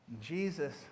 Jesus